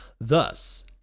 Thus